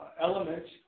elements